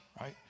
Right